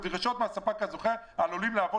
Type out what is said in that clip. אומרים דרישות מהספק הזוכה העלולים להוות